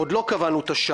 עוד לא קבענו את השעה.